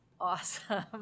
awesome